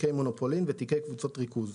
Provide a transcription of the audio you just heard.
תיקי מונופולין ותיקי קבוצת ריכוז".